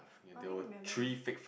I only remember Ming